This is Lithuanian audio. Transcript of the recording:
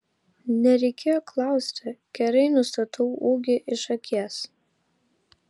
nereikėjo klausti gerai nustatau ūgį iš akies